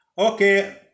Okay